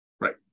Right